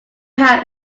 have